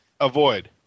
Avoid